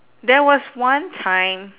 there was one time